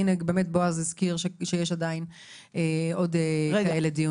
בועז הזכיר שיש עדיין דיונים כאלה.